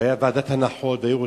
והיתה ועדת הנחות והיו רוצים,